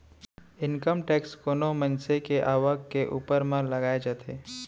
income tax कोनो मनसे के आवक के ऊपर म लगाए जाथे